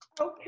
Okay